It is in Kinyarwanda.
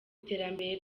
iterambere